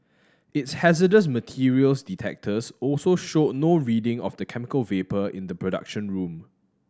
its hazardous materials detectors also showed no reading of the chemical vapour in the production room